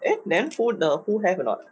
eh then the who the who have a not